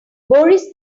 boris